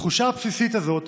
התחושה הבסיסית הזו,